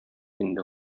инде